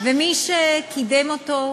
ומי שקידמו אותו